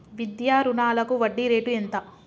విద్యా రుణాలకు వడ్డీ రేటు ఎంత?